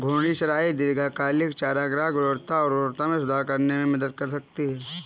घूर्णी चराई दीर्घकालिक चारागाह गुणवत्ता और उर्वरता में सुधार करने में मदद कर सकती है